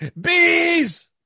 bees